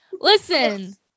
Listen